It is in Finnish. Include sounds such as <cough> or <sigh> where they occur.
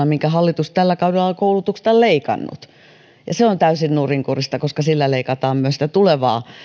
<unintelligible> minkä hallitus tällä kaudella on koulutuksesta leikannut se on täysin nurinkurista koska sillä leikataan myös tulevaa